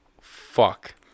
fuck